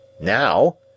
Now